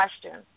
question